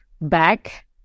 back